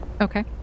Okay